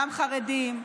גם חרדים,